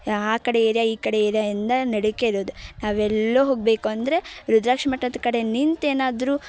ಆ ಕಡೆ ಏರಿಯಾ ಈ ಕಡೆ ಏರಿಯಾಯಿಂದ ನಡಕ್ಕೇ ಇರೋದು ನಾವೆಲ್ಲೋ ಹೋಗಬೇಕು ಅಂದರೆ ರುದ್ರಾಕ್ಷಿ ಮಠದ ಕಡೆ ನಿಂತೇನಾದರೂ